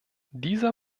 dieser